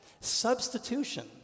substitution